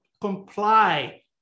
comply